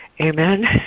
amen